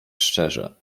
szczerze